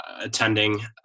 attending